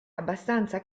abbastanza